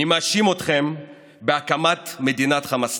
אני מאשים אתכם בהקמת מדינת חמאסטן.